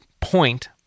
point